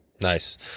Nice